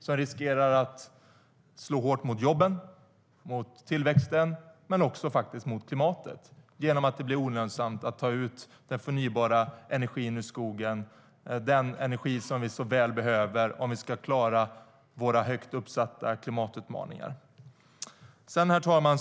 Den riskerar att slå hårt mot jobben, tillväxten men också mot klimatet genom att det blir olönsamt att ta ut den förnybara energin ur skogen. Det är den energi som vi så väl behöver om vi klara våra högt uppsatta klimatutmaningar. Herr talman!